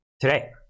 today